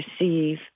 receive